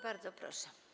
Bardzo proszę.